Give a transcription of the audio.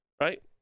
right